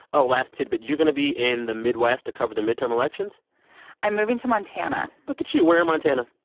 oh, last tidbit you're going to be in the midwest to cover the midterm elections i'm moving to montana look at you. where in montana?